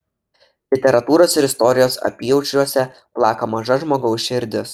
literatūros ir istorijos apyaušriuose plaka maža žmogaus širdis